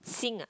Xing ah